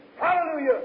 Hallelujah